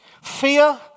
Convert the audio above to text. Fear